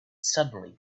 suddenly